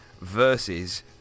versus